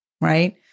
right